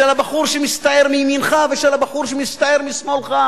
של הבחור שמסתער מימינך ושל הבחור שמסתער משמאלך.